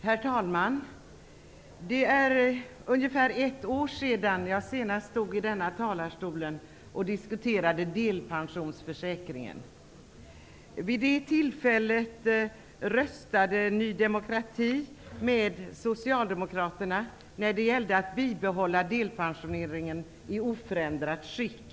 Herr talman! Det är ungefär ett år sedan jag senast stod i denna talarstol och diskuterade delpensionsförsäkringen. Vid det tillfället röstade Ny demokrati med Socialdemokraterna när det gällde att bibehålla delpensioneringen i oförändrat skick.